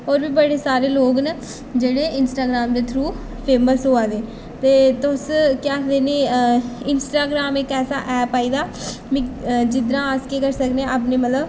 होर बी बड़े सारे लोग न जेहड़े इंस्टाग्राम दे थ्रू फेमस होआ दे ते तुस केह् आखदे न इंस्टाग्राम इक ऐसा ऐप आई गेदा मी जिद्धरा अस केह् करी सकनें अपने मतलब